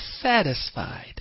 satisfied